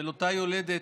של אותה יולדת,